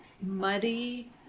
muddy